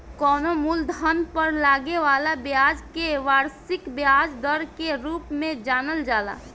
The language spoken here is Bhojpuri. कवनो मूलधन पर लागे वाला ब्याज के वार्षिक ब्याज दर के रूप में जानल जाला